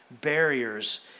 barriers